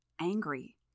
angry